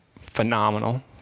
phenomenal